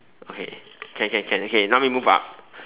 okay can can can okay now we move up